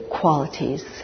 qualities